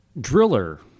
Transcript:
driller